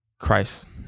Christ